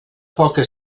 poca